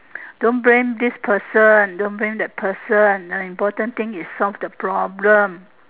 don't blame this person don't blame that person important thing is solve the problem